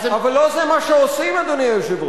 אבל לא זה מה שעושים, אדוני היושב-ראש.